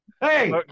hey